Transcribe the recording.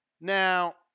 Now